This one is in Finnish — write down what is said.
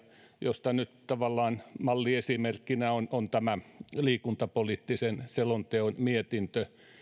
josta nyt tavallaan malliesimerkkinä on tämä liikuntapoliittisen selonteon mietintö